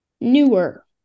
Newer